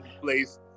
place